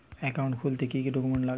Account খুলতে কি কি ডকুমেন্ট লাগবে?